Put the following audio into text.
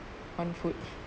on food